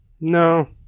No